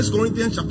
Corinthians